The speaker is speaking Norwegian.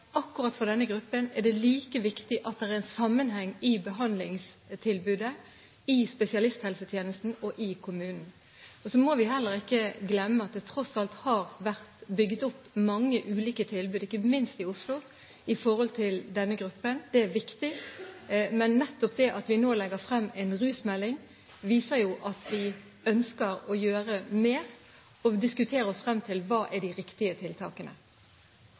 akkurat for denne gruppen er det like viktig at det er en sammenheng i behandlingstilbudet i spesialisthelsetjenesten og i kommunen. Så må vi heller ikke glemme at det tross alt har vært bygd opp mange ulike tilbud, ikke minst i Oslo, for denne gruppen. Det er viktig. Men nettopp det at vi nå legger frem en rusmelding, viser at vi ønsker å gjøre mer og diskutere oss frem til hva som er de riktige tiltakene.